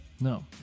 No